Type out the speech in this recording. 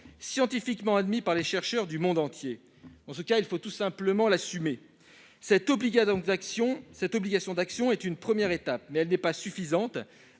scientifiquement admis par les chercheurs du monde entier. Dans ce cas, il faut tout simplement l'assumer. Cette obligation d'action est une première étape, mais elle ne saurait suffire.